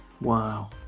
Wow